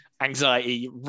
anxiety